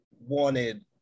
wanted